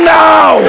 now